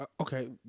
Okay